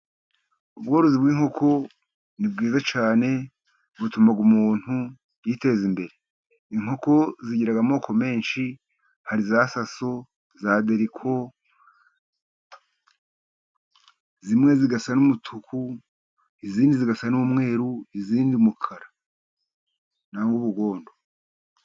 Ibworozi bw'inkoko ni bwiza cyane butuma umuntu yiteza imbere. Inkoko zigira amoko menshi hari za saso, za deriko, zimwe zigasa n'umutuku, izindi zigasa n'umweru, izindi umukara na wo w'ubugondo.